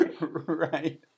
right